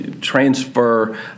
transfer